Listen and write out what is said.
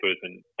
person